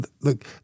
Look